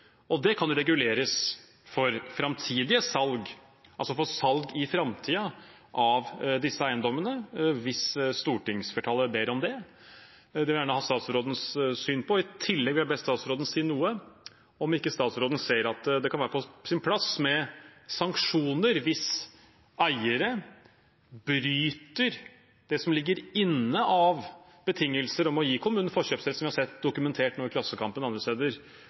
Det kan reguleres for framtidige salg, altså for salg i framtiden, av disse eiendommene hvis stortingsflertallet ber om det. Det vil jeg gjerne ha statsrådens syn på. I tillegg vil jeg be statsråden si noe om ikke statsråden ser at det kan være på sin plass med sanksjoner hvis eiere bryter det som ligger inne av betingelser om å gi kommunen forkjøpsrett, som vi har sett dokumentert nå i Klassekampen og andre steder,